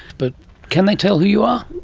but can they tell who you are?